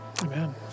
Amen